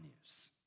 news